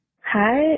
hi